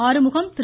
Arumugam Thiru